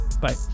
Bye